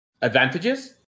advantages